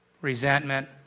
resentment